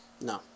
no